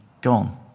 gone